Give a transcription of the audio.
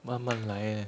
慢慢来